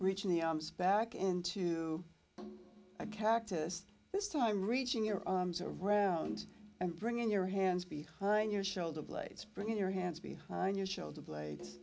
reach in the arms back into a cactus this time reaching your arms around and bringing your hands behind your shoulder blades bringing your hands behind your shoulder blades